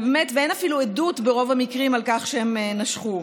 ואין אפילו עדות, ברוב המקרים, על כך שהם נשכו.